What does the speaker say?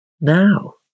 Now